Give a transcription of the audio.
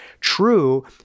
true